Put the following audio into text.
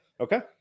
Okay